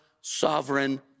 sovereign